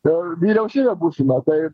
per vyriausybę būsimą tai